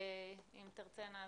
אם תרצנה,